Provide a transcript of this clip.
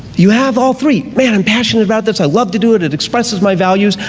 you have all three. man, i'm passionate about this, i love to do it, it expresses my values,